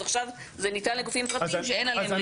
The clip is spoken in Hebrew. אז עכשיו זה ניתן לגופים פרטיים שאין עליהם רגולציה.